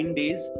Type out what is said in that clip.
days